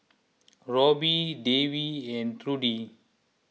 Robbie Davey and Trudy